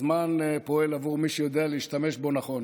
הזמן פועל עבור מי שיודע להשתמש בו נכון,